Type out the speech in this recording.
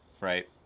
right